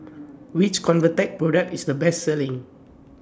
Which Convatec Product IS The Best Selling